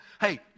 Hey